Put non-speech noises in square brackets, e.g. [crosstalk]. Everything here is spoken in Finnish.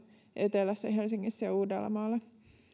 etelässä helsingissä [unintelligible]